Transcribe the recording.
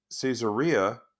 Caesarea